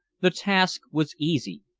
the task was easy.